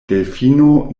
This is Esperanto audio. delfino